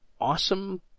awesome